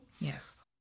Yes